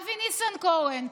אבי ניסנקורן.